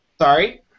Sorry